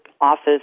office